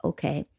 Okay